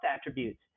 attributes